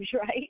right